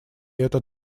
это